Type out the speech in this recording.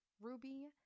Ruby